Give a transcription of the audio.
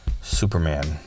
Superman